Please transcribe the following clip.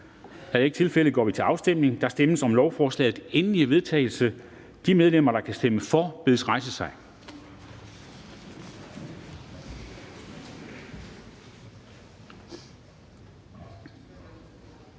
(Henrik Dam Kristensen): Der stemmes om lovforslagets endelige vedtagelse. De medlemmer, der stemmer for, bedes rejse sig.